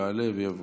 יעלה ויבוא.